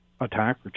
attack